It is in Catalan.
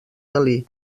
dalí